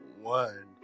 one